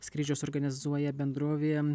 skrydžius organizuoja bendrovė